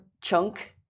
Chunk